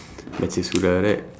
baca surah right